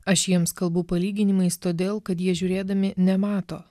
aš jiems kalbu palyginimais todėl kad jie žiūrėdami nemato